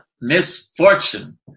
misfortune